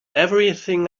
everything